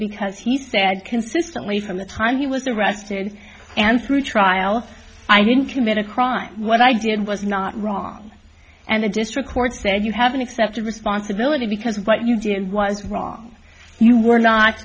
because he said consistently from the time he was arrested and through trial i didn't commit a crime what i did was not wrong and the district court said you haven't accepted responsibility because what you did was wrong you were not